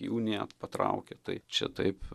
į uniją patraukė tai čia taip